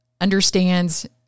understands